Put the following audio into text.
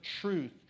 truth